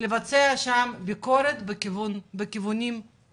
לבצע שם ביקורת בכיוון הזה.